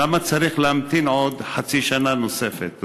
למה צריך להמתין חצי שנה נוספת?